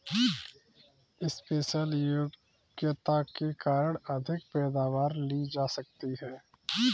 special योग्यता के कारण अधिक पैदावार ली जा सकती है